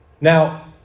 Now